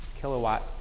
Kilowatt